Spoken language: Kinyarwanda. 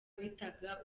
bitaga